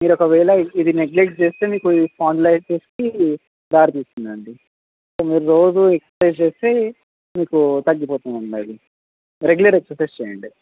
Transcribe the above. మీరు ఒకవేళ ఇది నెగ్లెక్ట్ చేస్తే మీకు స్పాండిలైటిస్కి దారి తీస్తుంది అండి సో మీరు రోజూ ఎక్సర్సైజ్ చేస్తే మీకు తగ్గిపోతుంది అండి అది రెగ్యులర్ ఎక్సర్సైజెస్ చేయండి